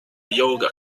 yoga